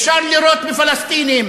אפשר לירות בפלסטינים,